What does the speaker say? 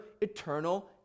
eternal